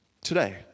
today